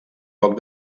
poc